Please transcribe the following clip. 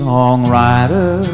Songwriter